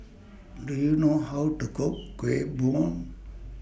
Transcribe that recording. Do YOU know How to Cook Kueh Bom